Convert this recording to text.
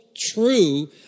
true